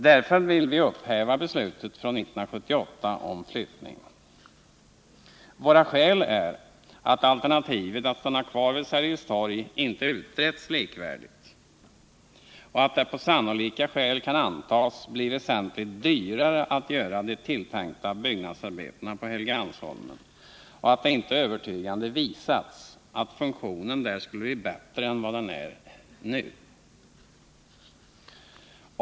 Därför vill vi upphäva beslutet från 1978 om flyttning. Våra skäl är att alternativet att stanna kvar vid Sergels torg inte har utretts likvärdigt, att det på sannolika skäl kan antas bli väsentligt dyrare att göra de tilltänkta byggnadsarbetena på Helgeandsholmen och att det inte övertygande har visats att funktionen där skulle bli bättre än vad den är nu.